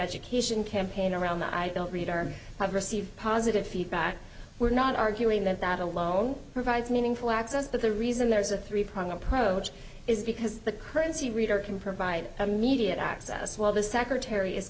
education campaign around the i don't read or have received positive feedback we're not arguing that that alone provides meaningful access but the reason there's a three prong approach is because the currency reader can provide immediate access while the secretary